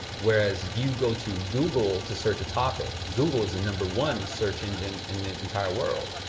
whereas you go to google to search a topic. google is the number one search engine in the entire world.